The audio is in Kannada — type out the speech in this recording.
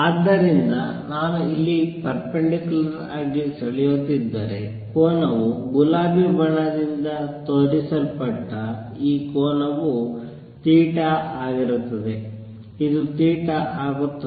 ಆದ್ದರಿಂದ ನಾನು ಇಲ್ಲಿ ಪರ್ಪೆಂಡಿಕುಲಾರ್ ಆಗಿ ಸೆಳೆಯುತ್ತಿದ್ದರೆ ಕೋನವು ಗುಲಾಬಿ ಬಣ್ಣದಿಂದ ತೋರಿಸಲ್ಪಟ್ಟ ಈ ಕೋನವು ಥೀಟಾ ಆಗಿರುತ್ತದೆ ಇದು ಆಗುತ್ತದೆ